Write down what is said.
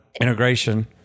integration